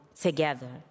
together